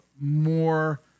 more